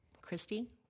Christy